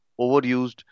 overused